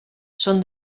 són